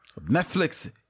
Netflix